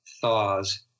thaws